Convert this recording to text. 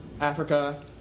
Africa